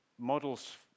models